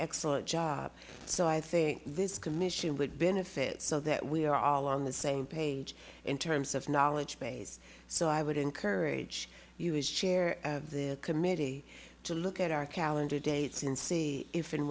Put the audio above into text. excellent job so i think this commission would benefit so that we are all on the same page in terms of knowledge base so i would encourage you as chair of the committee to look at our calendar dates and see if and